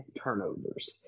turnovers